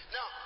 Now